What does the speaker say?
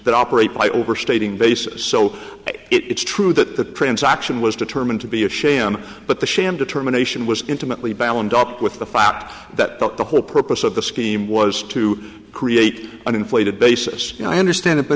that operate by overstating basis so it's true that the transaction was determined to be a sham but the sham determination was intimately balland up with the fact that the whole purpose of the scheme was to create an inflated basis and i understand it but